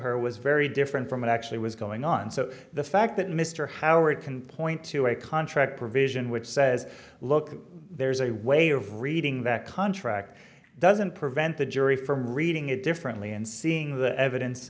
her was very different from what actually was going on so the fact that mr howard can point to a contract provision which says look there's a way of reading that contract doesn't prevent the jury from reading it differently and seeing the